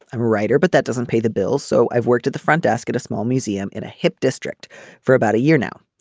i'm a writer but that doesn't pay the bills so i've worked at the front desk at a small museum in a hip district for about a year now.